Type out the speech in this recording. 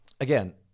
again